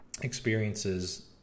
Experiences